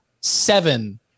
seven